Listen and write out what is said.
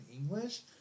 English